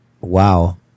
wow